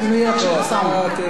אתה תיתן לי לדבר בצורה מסודרת,